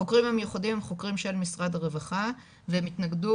החוקרים המיוחדים הם חוקרים של משרד הרווחה והם התנגדו